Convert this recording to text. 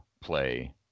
play